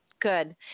Good